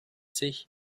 sich